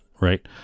Right